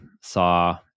saw